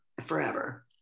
forever